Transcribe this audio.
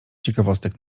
ciekawostek